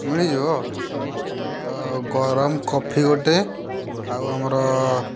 ମିଳିଯିବ ତ ଗରମ କଫି ଗୋଟେ ଆଉ ଆମର